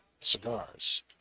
cigars